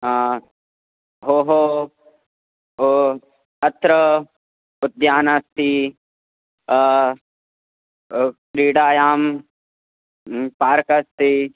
हो हो ओ अत्र उद्यानमस्ति क्रीडायां पार्क् अस्ति